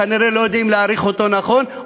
כנראה לא יודעים להעריך אותו נכון,